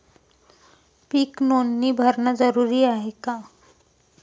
पीक नोंदनी भरनं जरूरी हाये का?